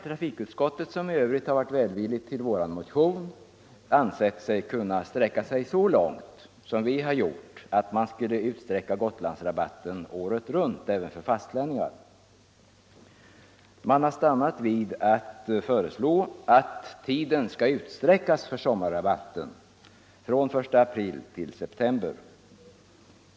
Trafikutskottet, som i övrigt har varit välvilligt till vår motion nr 1933, har emellertid inte ansett sig kunna gå så långt som vi föreslår, nämligen att man skulle utsträcka Gotlandsrabatten att gälla året runt även för fastlänningar. Utskottet föreslår att tiden för sommarrabatt skall utsträckas till april-september.